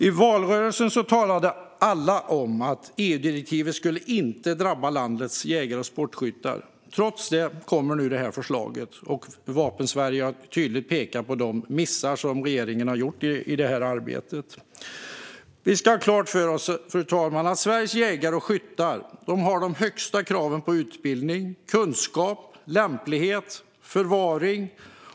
I valrörelsen talade alla om att EU-direktivet inte skulle drabba landets jägare och sportskyttar. Trots detta kommer nu det här förslaget. Vapensverige har tydligt pekat på de missar som regeringen har gjort i det här arbetet. Vi ska ha klart för oss, fru talman, att Sveriges jägare och skyttar har de högsta kraven på utbildning, kunskap, lämplighet och förvaring.